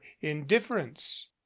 indifference